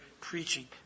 preaching